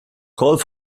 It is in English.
called